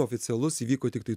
oficialus įvyko tiktai